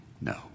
No